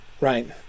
right